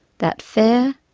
that fair,